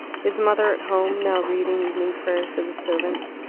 his mother at home, now reading evening prayers to the servants.